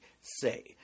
say